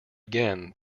again